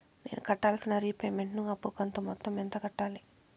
నేను కట్టాల్సిన రీపేమెంట్ ను అప్పు కంతు మొత్తం ఎంత కట్టాలి?